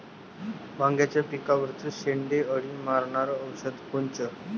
वांग्याच्या पिकावरचं शेंडे अळी मारनारं औषध कोनचं?